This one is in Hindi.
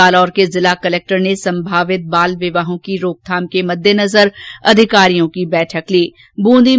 जालौर के जिला कलेक्टर ने संभावित बाल विवाहों की रोकथाम के मददेनजर अधिकारियों की बैठक ली